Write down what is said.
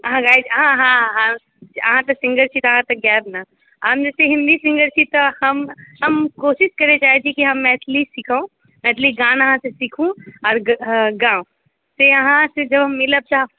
अहाँ गाइत छी अहाँ तऽ सिङ्गर छी तऽ अहाँ तऽ गायब ने हम जे छै हिन्दी सिङ्गर छी तऽ हम हम कोशिश करय चाहैत छी हम मैथिली सीखू मैथिली गानासे सीखू आओर गाउ से अहाँसे जे हम मिलय चाहब